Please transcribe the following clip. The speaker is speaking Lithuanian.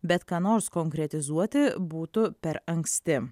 bet ką nors konkretizuoti būtų per anksti